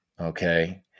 okay